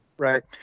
Right